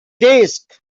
desk